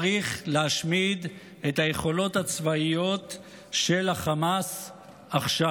צריך להשמיד את היכולות הצבאיות של החמאס עכשיו,